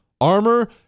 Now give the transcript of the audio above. armor